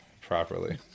properly